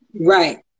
right